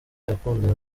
akundana